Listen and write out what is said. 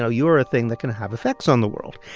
know, you are a thing that can have effects on the world.